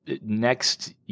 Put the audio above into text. next